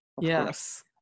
yes